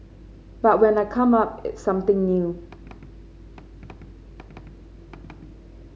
but when I come up it's something new